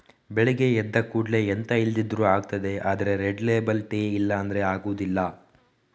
ಬೆಳಗ್ಗೆ ಎದ್ದ ಕೂಡ್ಲೇ ಎಂತ ಇಲ್ದಿದ್ರೂ ಆಗ್ತದೆ ಆದ್ರೆ ರೆಡ್ ಲೇಬಲ್ ಟೀ ಇಲ್ಲ ಅಂದ್ರೆ ಆಗುದಿಲ್ಲ